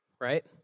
right